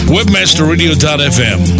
WebmasterRadio.fm